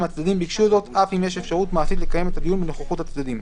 הצדדים ביקשו זאת אף אם יש אפשרות מעשית לקיים את הדיון בנוכחות הצדדים.